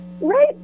Right